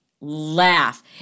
laugh